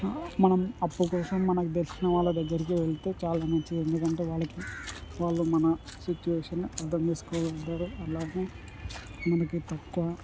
మనం అప్పు కోసం మనకి తెలిసిన వాళ్ళ దగ్గరికి వెళితే చాలా మంచిది ఎందుకంటే వాళ్ళకి వాళ్ళ మన సిచ్యువేషన్ అర్థం చేసుకోగలుగుతారు అలాగే మనకి తక్కువ